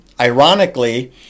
Ironically